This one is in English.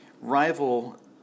rival